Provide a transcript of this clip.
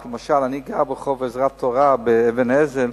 למשל, אני גר בעזרת-תורה, ברחוב אבן-האזל,